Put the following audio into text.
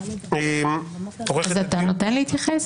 אתה נותן להתייחס?